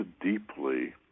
deeply